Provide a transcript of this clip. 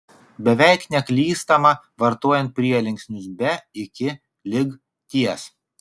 beveik neklystama vartojant prielinksnius be iki lig ties